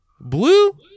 Blue